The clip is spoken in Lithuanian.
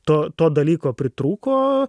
to to dalyko pritrūko